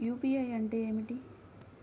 UPI అంటే ఏమిటి?